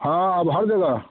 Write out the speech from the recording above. हाँ अब हर जगह